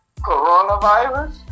coronavirus